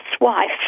wife